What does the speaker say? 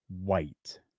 White